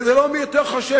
וזה לא מי יותר חושב,